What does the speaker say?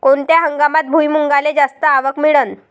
कोनत्या हंगामात भुईमुंगाले जास्त आवक मिळन?